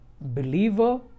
believer